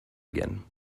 again